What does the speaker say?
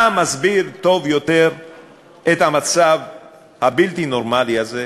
מה מסביר טוב יותר את המצב הבלתי-נורמלי הזה,